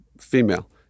female